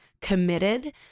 committed